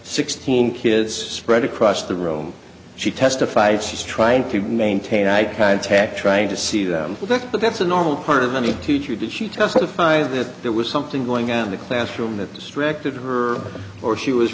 sixteen kids spread across the room she testified she's trying to maintain eye contact trying to see them back but that's a normal part of any teacher did she testified that there was something going on in the classroom that distracted her or she was